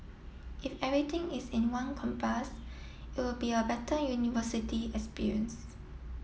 if everything is in one campus it'll be a better university experience